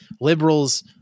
liberals